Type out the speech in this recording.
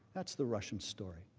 that's the russian story,